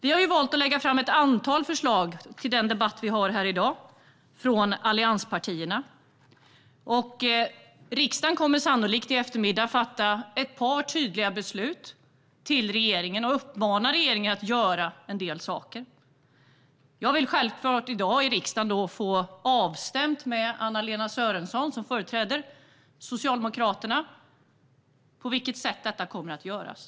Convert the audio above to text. Inför denna debatt har allianspartierna valt att lägga fram ett antal förslag. I eftermiddag kommer riksdagen sannolikt att fatta ett par tydliga beslut där vi uppmanar regeringen att göra vissa saker. Jag vill i dag stämma av med Socialdemokraternas företrädare Anna-Lena Sörenson på vilket sätt detta kommer att göras.